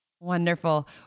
Wonderful